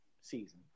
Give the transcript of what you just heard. season